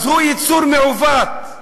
אז הוא יצור מעוות,